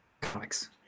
Comics